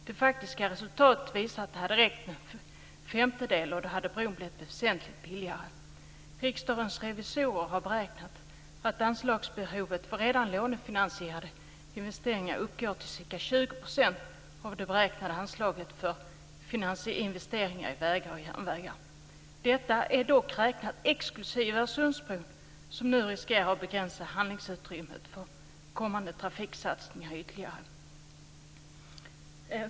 Det faktiska resultatet visar att det hade räckt med en femtedel, och då hade bron blivit väsentligt billigare. Riksdagens revisorer har beräknat att anslagsbehovet för redan lånefinansierade investeringar uppgår till ca 20 % av det beräknade anslaget för investeringar i vägar och järnvägar. Detta är dock beräknat exklusive Öresundsbron, som nu riskerar att ytterligare begränsa handlingsutrymmet för kommande trafiksatsningar.